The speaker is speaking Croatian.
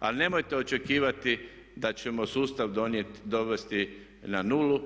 Ali nemojte očekivati da ćemo sustav dovesti na nulu,